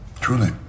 Truly